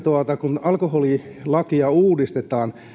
kun alkoholilakia uudistetaan